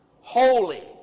Holy